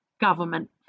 government